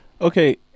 Okay